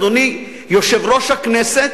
אדוני יושב-ראש הכנסת,